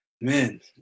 Man